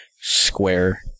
square